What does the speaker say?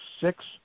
Six